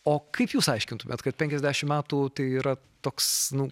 o kaip jūs aiškintumėt kad penkiasdešimt metų tai yra toks nu